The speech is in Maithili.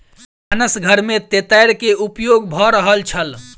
भानस घर में तेतैर के उपयोग भ रहल छल